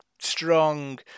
strong